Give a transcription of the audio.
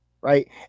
Right